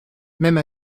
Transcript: même